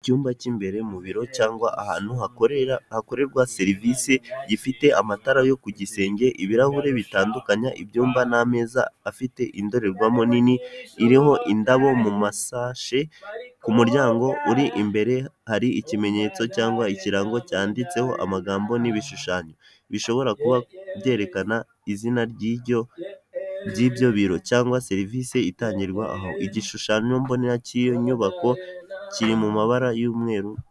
Icyumba cyimbere mu biro cyangwa ahantu hakorera, hakorerwa serivisi gifite amatara yo ku gisenge, ibirahure bitandukanya ibyumba n'ameza afite indorerwamo nini iriho indabo mu masashe, ku kumuryango uri imbere hari ikimenyetso cyangwa ikirango cyanditseho amagambo n'ibishushanyo bishobora kuba byerekana izina ry'ibyo by'ibyo biro cyangwa serivisi itangirwa aho igishushanyombonera cy'iyo nyubako kiri mu mabara y'umweru,..